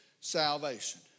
salvation